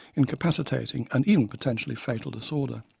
incapacitating and even potentially fatal disorder.